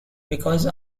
because